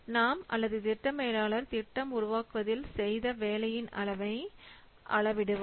நாம் அல்லது திட்ட மேலாளர் திட்டத்தை உருவாக்குவதில் செய்த வேலையின் அளவை அள விடுவார்